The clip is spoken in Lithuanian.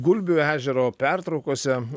gulbių ežero pertraukose